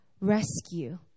rescue